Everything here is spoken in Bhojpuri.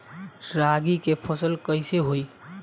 रागी के फसल कईसे होई?